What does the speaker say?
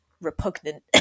repugnant